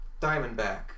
Diamondback